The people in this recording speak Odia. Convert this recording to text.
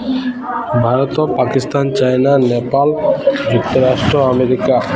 ଭାରତ ପାକିସ୍ତାନ ଚାଇନା ନେପାଳ ଯୁକ୍ତରାଷ୍ଟ୍ର ଆମେରିକା